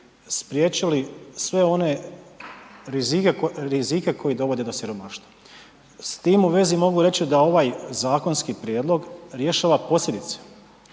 spriječili sve one rizike koji dovode do siromaštva. S tim u vezi mogu reći da ovaj zakonski prijedlog rješava posljedice,